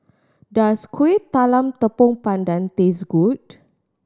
does Kuih Talam Tepong Pandan taste good